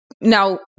now